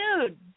dude